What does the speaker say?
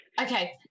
Okay